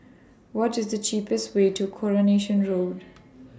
What IS The cheapest Way to Coronation Road